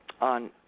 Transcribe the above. on